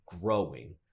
growing